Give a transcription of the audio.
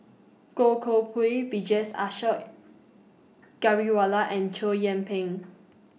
Goh Koh Pui Vijesh Ashok Ghariwala and Chow Yian Ping